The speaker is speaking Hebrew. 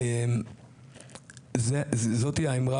ה"תמיכה"